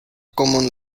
common